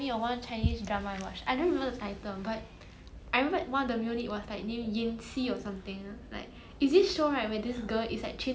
orh